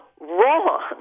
wrong